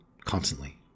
Constantly